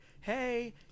hey